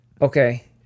okay